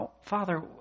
Father